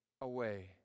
away